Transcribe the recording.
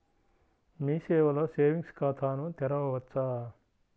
మీ సేవలో సేవింగ్స్ ఖాతాను తెరవవచ్చా?